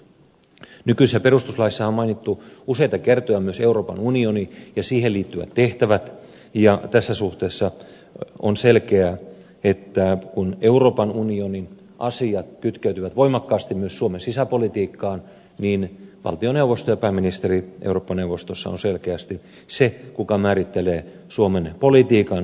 nykyisessä perustuslaissahan on mainittu useita kertoja myös euroopan unioni ja siihen liittyvät tehtävät ja tässä suhteessa on selkeää että kun euroopan unionin asiat kytkeytyvät voimakkaasti myös suomen sisäpolitiikkaan valtioneuvosto ja pääministeri eurooppa neuvostossa on selkeästi se joka määrittelee suomen politiikan ja kannan